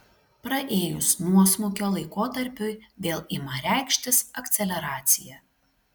praėjus nuosmukio laikotarpiui vėl ima reikštis akceleracija